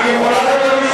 היא לא רוצה,